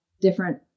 different